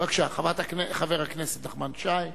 בבקשה, חבר הכנסת נחמן שי,